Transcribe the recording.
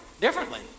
differently